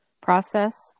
process